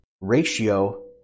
ratio